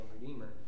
Redeemer